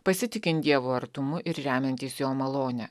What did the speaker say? pasitikint dievo artumu ir remiantys jo malonę